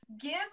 give